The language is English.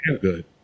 good